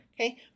Okay